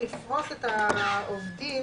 לפרוס את העובדים